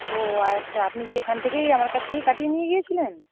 ও আচ্ছা আপনি কি এখান থেকেই আমার কাছ থেকেই কাটিয়ে নিয়ে গিয়েছিলেন